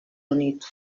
units